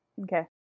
Okay